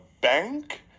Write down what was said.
bank